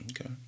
Okay